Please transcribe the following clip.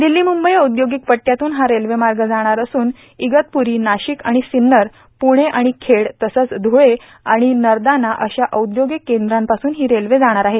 दिल्ली मुंबई औद्योगिक पट्टयातून हा रेल्वे मार्ग जाणार असून इगतपुरी नाशिक आणि सिव्नर पुणे आणि खेड तसंच ध्रुळे आणि नरदाना अशा औद्योगिक केंद्रांपासून ही रेल्वे जाणार आहे